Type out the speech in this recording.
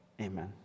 Amen